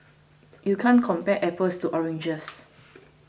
you can't compare apples to oranges